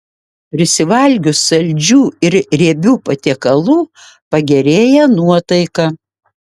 prisivalgius saldžių ir riebių patiekalų pagerėja nuotaika